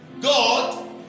God